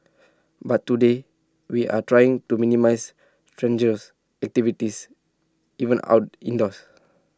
but today we are trying to minimise strenuous activities even our indoors